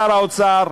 שר האוצר,